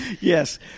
Yes